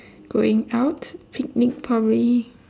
going out picnic probably